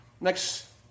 Next